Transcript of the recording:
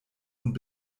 und